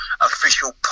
official